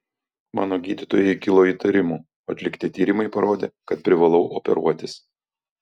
mano gydytojai kilo įtarimų o atlikti tyrimai parodė kad privalau operuotis